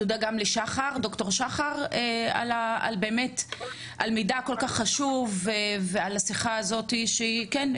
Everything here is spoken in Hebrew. תודה גם לד"ר שחר על מידע כל כך חשוב ועל השיחה הזאתי שהיא כן,